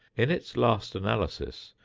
in its last analysis,